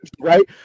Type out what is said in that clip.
right